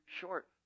short